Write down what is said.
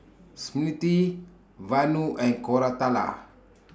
Smriti Vanu and Koratala